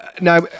now